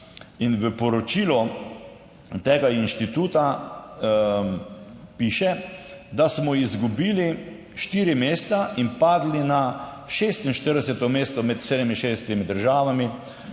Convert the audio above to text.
in v poročilu tega inštituta piše, da smo izgubili štiri mesta in padli na 46. mesto med 67 državami.